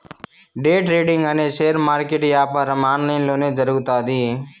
day trading అనే share market యాపారం online లొనే జరుగుతాది